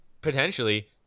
potentially